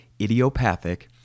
idiopathic